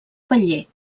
paller